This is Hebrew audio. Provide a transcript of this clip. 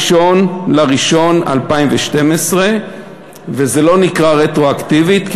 מ-1 בינואר 2012. זה לא נקרא רטרואקטיבית כי